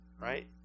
Right